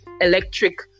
electric